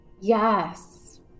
yes